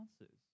answers